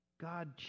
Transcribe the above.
God